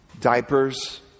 diapers